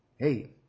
Hey